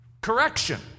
correction